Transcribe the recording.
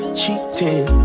cheating